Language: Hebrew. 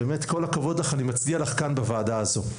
באמת כל הכבוד לך אני מצדיע לך כאן בוועדה הזו,